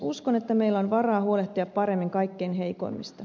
uskon että meillä on varaa huolehtia paremmin kaikkein heikoimmista